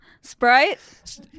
Sprite